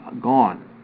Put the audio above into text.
gone